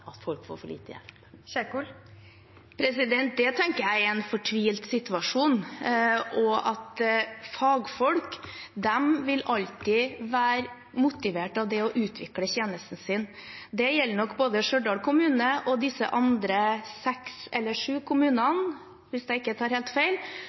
at folk får for lite hjelp? Det tenker jeg er en fortvilt situasjon, for fagfolk vil alltid være motivert av det å utvikle tjenesten sin. Det gjelder nok både Stjørdal kommune og de andre seks eller sju